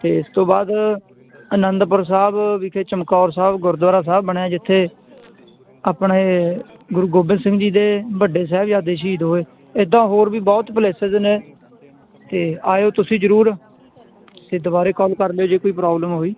ਇਸ ਤੋਂ ਬਾਅਦ ਅਨੰਦਪੁਰ ਸਾਹਿਬ ਵਿਖੇ ਚਮਕੌਰ ਸਾਹਿਬ ਗੁਰਦੁਆਰਾ ਸਾਹਿਬ ਬਣਿਆ ਜਿੱਥੇ ਆਪਣੇ ਗੁਰੂ ਗੋਬਿੰਦ ਸਿੰਘ ਜੀ ਦੇ ਵੱਡੇ ਸਾਹਿਬਜ਼ਾਦੇ ਸ਼ਹੀਦ ਹੋਏ ਇੱਦਾਂ ਹੋਰ ਵੀ ਬਹੁਤ ਪਲੇਸਿਸ ਨੇ ਅਤੇ ਆਇਓ ਤੁਸੀਂ ਜ਼ਰੂਰ ਅਤੇ ਦੁਬਾਰਾ ਕੋਲ ਕਰ ਲਿਓ ਜੇ ਕੋਈ ਪ੍ਰੋਬਲਮ ਹੋਈ